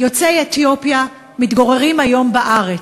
יוצאי אתיופיה מתגוררים היום בארץ,